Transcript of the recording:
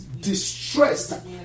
distressed